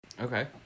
Okay